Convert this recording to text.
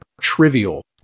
trivial